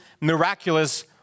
miraculous